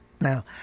Now